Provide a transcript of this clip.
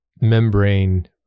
membrane